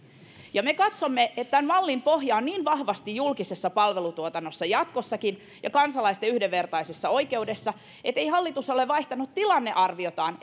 me katsomme että tämän mallin pohja on niin vahvasti julkisessa palvelutuotannossa ja kansalaisten yhdenvertaisessa oikeudessa jatkossakin ettei hallitus ole vaihtanut tilannearviotaan